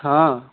हाँ